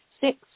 six